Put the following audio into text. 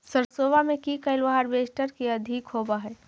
सरसोबा मे की कैलो हारबेसटर की अधिक होब है?